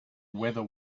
whether